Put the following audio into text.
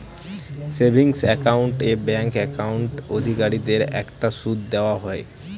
savings account এ bank account অধিকারীদের একটা সুদ দেওয়া হয়